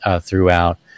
throughout